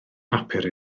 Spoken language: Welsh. papur